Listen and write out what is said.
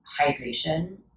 hydration